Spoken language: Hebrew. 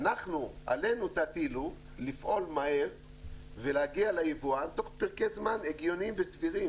עלינו תטילו לפעול מהר ולהגיע ליבואן תוך פרקי זמן הגיוניים וסבירים,